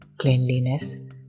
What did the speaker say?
cleanliness